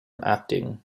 acting